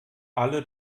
alle